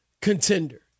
contender